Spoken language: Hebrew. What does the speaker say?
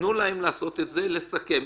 תנו להם לעשות את זה, לסכם.